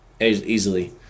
easily